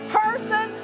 person